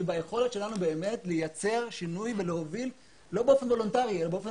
ביכולת שלנו לייצר שינוי ולהוביל לא באופן וולנטרי אלא באופן